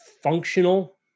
functional